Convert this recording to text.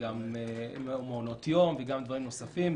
גם מעונות ודברים נוספים.